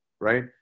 right